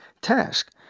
task